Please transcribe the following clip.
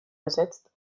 ersetzt